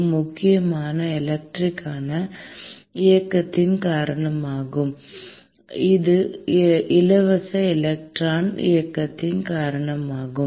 இது முக்கியமாக எலக்ட்ரான் இயக்கத்தின் காரணமாகும் இது இலவச எலக்ட்ரான் இயக்கத்தின் காரணமாகும்